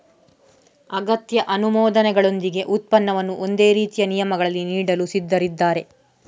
ಅಗತ್ಯ ಅನುಮೋದನೆಗಳೊಂದಿಗೆ ಉತ್ಪನ್ನವನ್ನು ಒಂದೇ ರೀತಿಯ ನಿಯಮಗಳಲ್ಲಿ ನೀಡಲು ಸಿದ್ಧರಿದ್ದಾರೆ